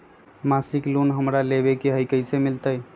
मासिक लोन हमरा लेवे के हई कैसे मिलत?